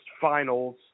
finals